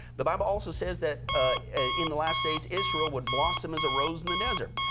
the bible also says that in the last days israel would blossom as a rose in the desert.